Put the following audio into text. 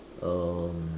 um